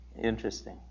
Interesting